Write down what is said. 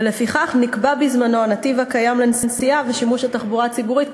ולפיכך נקבע בזמנו הנתיב הקיים לנסיעה ולשימוש של התחבורה הציבורית,